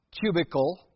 cubicle